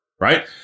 right